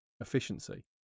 efficiency